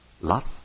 Lots